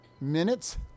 minutes